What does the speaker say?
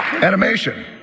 animation